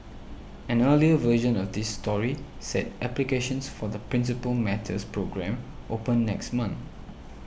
an earlier version of this story said applications for the Principal Matters programme open next month